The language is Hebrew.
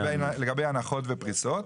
-- לגבי הנחות ופריסות,